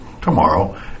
tomorrow